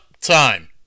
time